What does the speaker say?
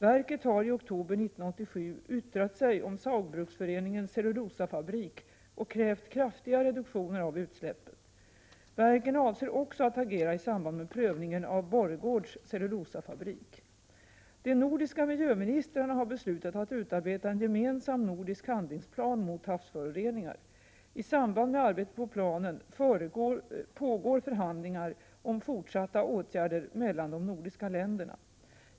Verket har i oktober 1987 yttrat sig om Saugbruksforeningens cellulosafabrik och krävt kraftiga reduktioner av utsläppen. Verket avser också att agera i samband med prövningen av Borregaards cellulosafabrik. De nordiska miljöministrarna har beslutat att utarbeta en gemensam nordisk handlingsplan mot havsföroreningar. I samband med arbete med planen pågår förhandlingar om fortsatta åtgärder mellan de nordiska länderna.